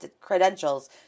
credentials